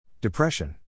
Depression